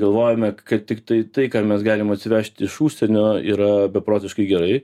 galvojome kad tiktai tai ką mes galim atsivežti iš užsienio yra beprotiškai gerai